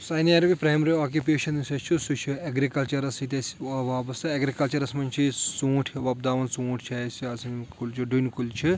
primary occupation یُس اسہِ چھُ سُہ چھُ ایٚگرِکَلچَرَس سۭتۍ أسۍ وابستہٕ ایٚگرِکَلچَرَس منٛز چھِ أسۍ ژوٗنٛٹھۍ وۄبداوَن ژوٗنٛٹھۍ چھِ اسہِ کُلۍ چھِ ڈوٚنۍ کُلۍ چھِ